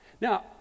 Now